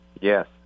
yes